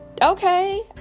okay